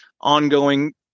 ongoing